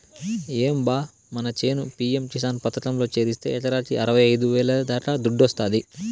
ఏం బా మన చేను పి.యం కిసాన్ పథకంలో చేరిస్తే ఎకరాకి అరవైఐదు వేల దాకా దుడ్డొస్తాది